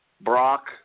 Brock